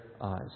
eyes